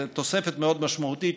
זו תוספת מאוד משמעותית,